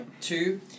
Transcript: Two